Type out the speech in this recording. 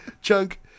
Chunk